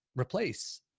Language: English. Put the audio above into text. replace